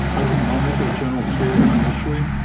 i can now make a general statement initially.